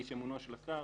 איש אמונו של השר,